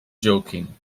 joking